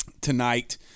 tonight